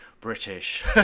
British